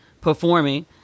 performing